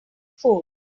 fooled